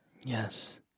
Yes